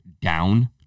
down